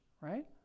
right